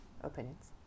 opinions